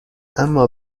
اما